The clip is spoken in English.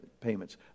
payments